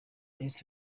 best